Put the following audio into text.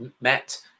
met